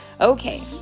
Okay